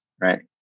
right